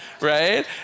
right